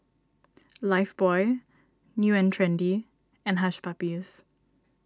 Lifebuoy New and Trendy and Hush Puppies